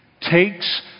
takes